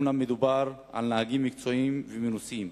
אומנם מדובר על נהגים מקצועיים ומנוסים,